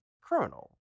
criminal